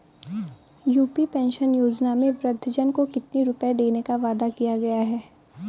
UP pension योजना में वृद्धजन को कितनी रूपये देने का वादा किया गया है?